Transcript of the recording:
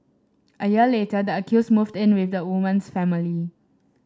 a year later the accused moved in with the woman's family